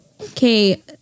Okay